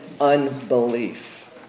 unbelief